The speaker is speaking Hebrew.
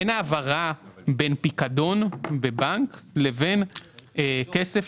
אין העברה בין פיקדון בבנק לבין כסף